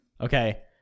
Okay